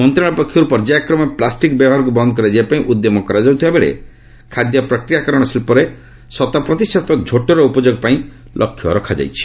ମନ୍ତ୍ରଣାଳୟ ପକ୍ଷରୁ ପର୍ଯ୍ୟାୟକ୍ରମେ ପ୍ଲାଷ୍ଟିକ୍ ବ୍ୟବହାରକୁ ବନ୍ଦ କରାଯିବା ପାଇଁ ଉଦ୍ୟମ କରାଯାଉଥିବା ବେଳେ ଖାଦ୍ୟ ପ୍ରକ୍ରିୟାକରଣ ଶିଚ୍ଚରେ ଶତପ୍ରତିଶତ ଝୋଟର ଉପଯୋଗ ପାଇଁ ଲକ୍ଷ୍ୟ ରଖାଯାଇଛି